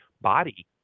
body